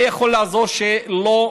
זה יכול לעזור שלא